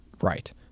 Right